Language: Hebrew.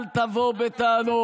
אז אל תבוא בטענות.